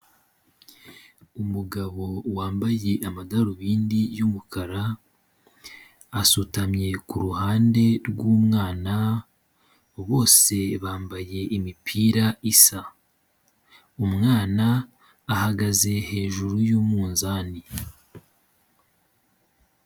Umugabo wambaye amadarubindi y'umukara, asutamye kuruhande rw'umwana, bose bambaye imipira isa umwana, ahagaze hejuru y'umunzani.